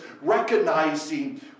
recognizing